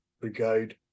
brigade